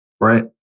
Right